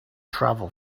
travel